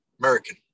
American